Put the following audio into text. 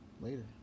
Later